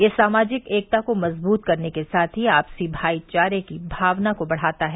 यह सामाजिक एकता को मजबूत करने के साथ ही आपसी भाईचारे की भावना को बढ़ाता है